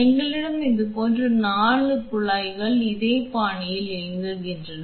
எங்களிடம் இதுபோன்ற 4 குழாய்கள் இதே பாணியில் இயங்குகின்றன